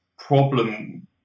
Problem